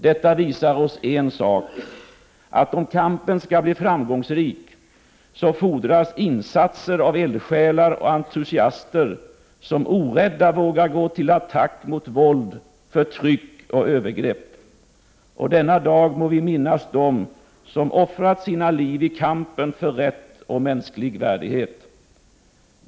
Detta visar oss en sak, att om kampen skall bli framgångsrik, fordras insatser av eldsjälar och entusiaster, som orädda vågar gå till attack mot våld, förtryck och övergrepp. Denna dag må vi minnas dem som offrat sina liv i kampen för rätt och mänsklig värdighet.